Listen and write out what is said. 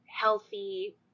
healthy